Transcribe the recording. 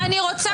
מי נמנע?